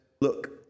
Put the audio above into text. look